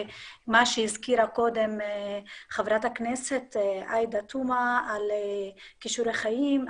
מה שהזכירה קודם חברת הכנסת עאידה תומא על כישורי חיים,